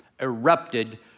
erupted